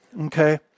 Okay